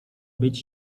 być